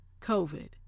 COVID